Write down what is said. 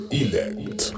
elect